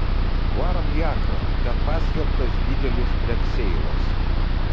varom į akrą ten paskelbtas didelis blekseilas